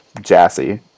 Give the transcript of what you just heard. Jassy